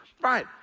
right